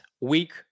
week